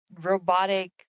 robotic